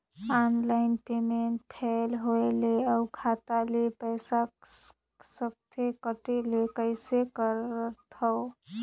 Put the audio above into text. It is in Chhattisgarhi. ऑनलाइन पेमेंट फेल होय ले अउ खाता ले पईसा सकथे कटे ले कइसे करथव?